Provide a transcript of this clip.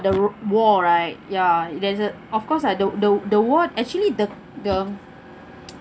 the war right ya if there's a of course I don't the the the war actually the the